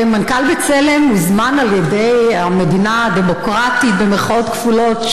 מנכ"ל בצלם הוזמן על ידי המדינה ה"דמוקרטית" במירכאות כפולות,